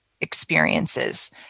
experiences